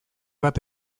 bat